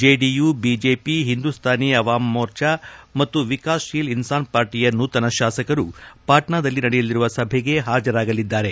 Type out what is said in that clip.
JDU BJP Hindustani Awam Morcha ಮತ್ತು ವಿಕಾಸ್ಶೀಲ್ ಇನ್ಪಾನ್ ಪಾರ್ಟಿಯ ನೂತನ ಶಾಸಕರು ಪಾಟ್ನಾದಲ್ಲಿ ನಡೆಯಲಿರುವ ಸಭೆಗೆ ಹಾಜರಾಗಲಿದ್ದಾರೆ